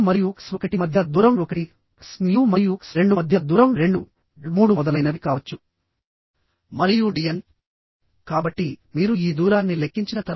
ఎందుకంటే స్ట్రెస్ అనేది సమానంగా డిస్ట్రిబ్యూట్ అవుతుంది